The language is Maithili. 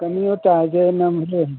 कनिएटा जाए भेल